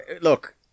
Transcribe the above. look